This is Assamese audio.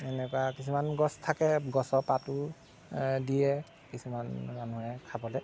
এনেকুৱা কিছুমান গছ থাকে গছৰ পাতো দিয়ে কিছুমান মানুহে খাবলে